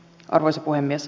arvoisa puhemies